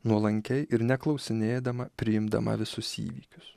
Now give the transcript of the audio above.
nuolankiai ir neklausinėdama priimdama visus įvykius